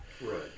Right